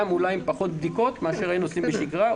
גם אולי עם פחות בדיקות מאשר היינו עושים בשגרה,